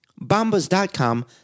Bombas.com